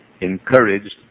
encouraged